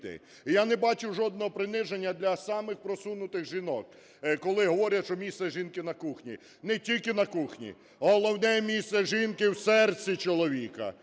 я не бачу жодного приниження для самих просунутих жінок, коли говорять, що місце жінки на кухні. Не тільки на кухні. Головне місце жінки – в серці чоловіка.